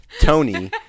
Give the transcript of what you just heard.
Tony